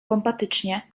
pompatycznie